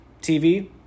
TV